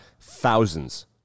thousands